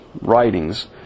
writings